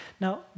Now